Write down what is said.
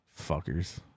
fuckers